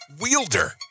wielder